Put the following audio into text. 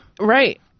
right